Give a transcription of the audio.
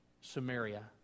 Samaria